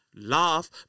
Laugh